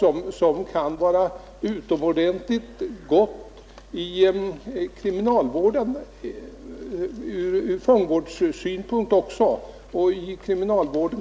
Det kan vara utomordentligt Fredagen den betydelsefullt ur fångvårdssynpunkt och även för kriminalvården.